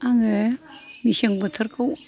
आङो मेसें बोथोरखौ